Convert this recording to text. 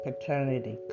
Paternity